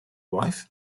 wife